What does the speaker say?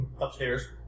upstairs